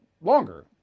longer